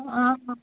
आं